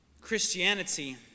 Christianity